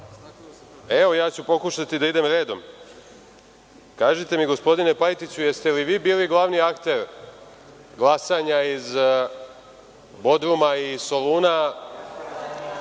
znao. Ja ću pokušati da idem redom. Kažite mi, gospodine Pajtiću, jeste li vi bili glavni akter glasanja iz Bodruma i Soluna,